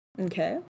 Okay